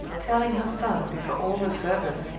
telling her son, before all the servants,